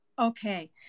Okay